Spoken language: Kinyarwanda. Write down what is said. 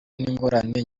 n’ingorane